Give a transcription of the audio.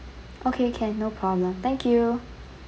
okay can no problem thank you